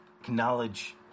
acknowledge